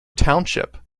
township